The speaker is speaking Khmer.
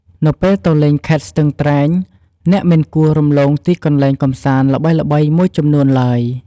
នៅពេលទៅលេងខេត្តស្ទឹងត្រែងអ្នកមិនគួររំលងទីកន្លែងកម្សាន្តល្បីៗមួយចំនួនឡើយ។